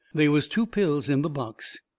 they was two pills in the box.